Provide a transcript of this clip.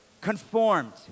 conformed